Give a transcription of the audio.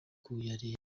kuyareba